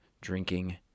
drinking